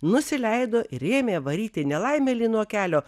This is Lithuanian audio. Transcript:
nusileido ir ėmė varyti nelaimėlį nuo kelio